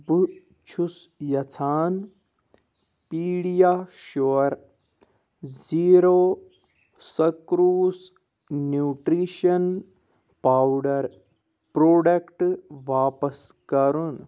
بہٕ چھُس یژھان PediaSure zero sucrose nutrition powder product واپَس کرُن